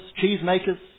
cheesemakers